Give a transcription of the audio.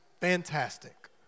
Fantastic